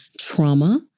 trauma